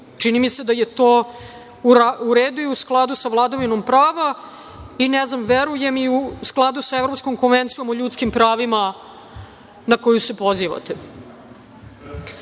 Čini mi se da je to u redu i u skladu sa vladavinom prava, i verujem i u skladu sa Evropskom konvencijom o ljudskim pravima, na koju se pozivate. Da